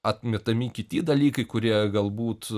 atmetami kiti dalykai kurie galbūt